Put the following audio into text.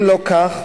אם לא כך,